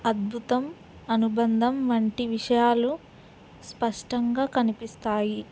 అద్భుతం అనుబంధం వంటి విషయాలు స్పష్టంగా కనిపిస్తాయి